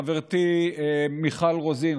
חברתי מיכל רוזין,